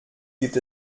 gibt